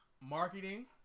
marketing